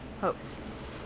hosts